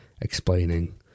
explaining